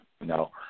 No